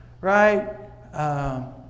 right